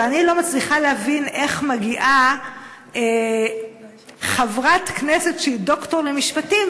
ואני לא מצליחה להבין איך מגיעה חברת כנסת שהיא דוקטור למשפטים,